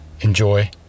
enjoy